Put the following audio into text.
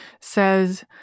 says